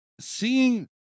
seeing